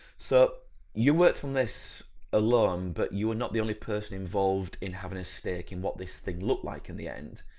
so you worked on this alone but you are not the only person involved in having a stake in what this thing looked like in the end.